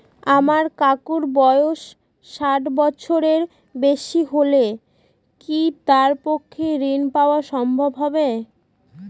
আমার কাকুর বয়স ষাট বছরের বেশি হলে কি তার পক্ষে ঋণ পাওয়া সম্ভব হবে?